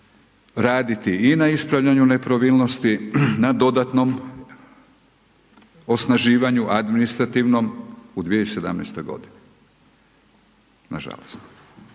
raditi i na ispravljanju nepravilnosti, na dodatnom osnaživanju administrativnom u 2017. godini, nažalost.